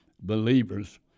believers